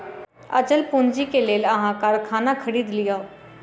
अचल पूंजी के लेल अहाँ कारखाना खरीद लिअ